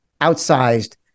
outsized